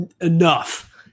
enough